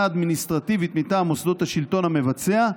אדמיניסטרטיבית מטעם מוסדות השלטון המבצע,